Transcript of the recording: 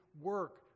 work